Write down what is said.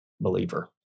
believer